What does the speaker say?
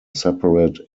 separate